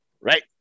Right